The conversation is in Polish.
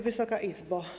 Wysoka Izbo!